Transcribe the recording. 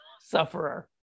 sufferer